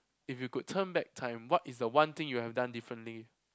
if you could turn back time what is the one thing you would have done differently